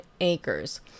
acres